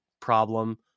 problem